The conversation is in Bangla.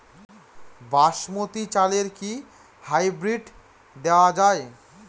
বাসমতী চালে কি হাইব্রিড দেওয়া য়ায়?